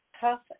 tough